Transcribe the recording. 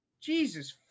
Jesus